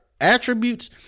attributes